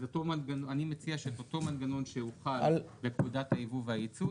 אני מציע שאת אותו מנגנון שהוחל בפקודת היבוא והיצוא,